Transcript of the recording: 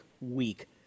week